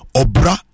obra